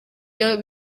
byo